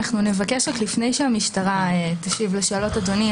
עוד לפני שהמשטרה תשיב לשאלות אדוני,